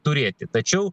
turėti tačiau